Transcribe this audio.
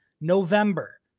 November